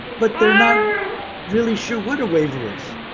but they are not really sure what a waiver is.